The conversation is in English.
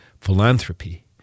philanthropy